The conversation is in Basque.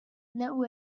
neu